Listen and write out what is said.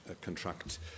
contract